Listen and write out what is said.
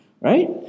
right